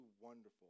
wonderful